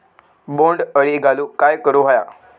बोंड अळी घालवूक काय करू व्हया?